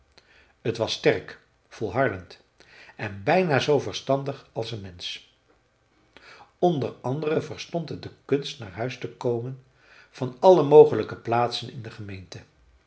t was sterk volhardend en bijna zoo verstandig als een mensch onder anderen verstond het de kunst naar huis te komen van alle mogelijke plaatsen in de gemeente